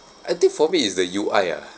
I think for me is the U_I ah